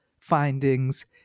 findings